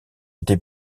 été